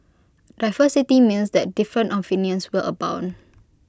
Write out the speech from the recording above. diversity means that different opinions will abound